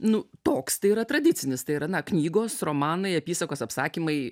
nu toks tai yra tradicinis tai yra na knygos romanai apysakos apsakymai